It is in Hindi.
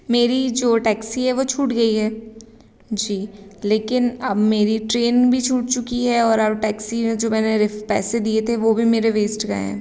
मेरी जो टैक्सी है वो छूट गई है जी लेकिन अब मेरी ट्रेन भी छूट चुकी है और अब टैक्सी में जो मैंने रिफ पैसे दिए थे वो भी मेरे वेस्ट गए हैं